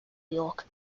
york